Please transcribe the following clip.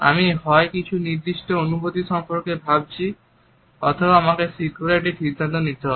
আমি হয় কিছু নির্দিষ্ট অনুভূতি সম্পর্কে ভাবছি অথবা আমাকে শীঘ্রই একটি সিদ্ধান্ত নিতে হবে